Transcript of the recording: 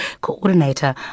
coordinator